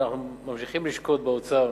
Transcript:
ואנחנו ממשיכים לשקוד באוצר